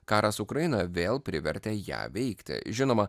karas ukrainoje vėl privertė ją veikti žinoma